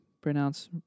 pronounce